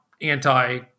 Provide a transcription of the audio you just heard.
anti